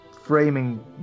framing